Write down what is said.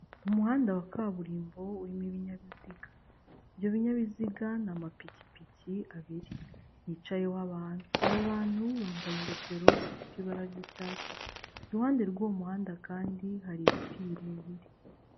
Umuhanda wa kaburimbo urimo ibinyabiziga, ibyo binyabiziga ni amapikipiki abiri yicayeho abantu, abo bantu bambaye ingofero zifite ibara ry'icyatsi, iruhande rw'uwo muhanda kandi hari ibiti birebire.